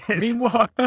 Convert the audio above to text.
Meanwhile